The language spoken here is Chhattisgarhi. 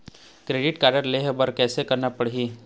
क्रेडिट कारड लेहे बर कैसे करना पड़ही?